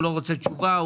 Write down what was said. הוא לא רוצה תשובה,